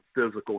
physical